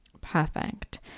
Perfect